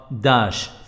dash